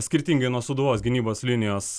skirtingai nuo sūduvos gynybos linijos